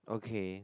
okay